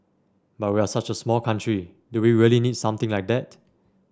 but we're such a small country do we really need something like that